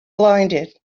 blinded